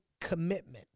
commitment